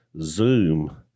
Zoom